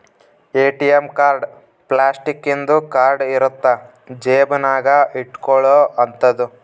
ATM card plastic ಇಂದು card ಇರುತ್ತ ಜೇಬ ನಾಗ ಇಟ್ಕೊಲೊ ಅಂತದು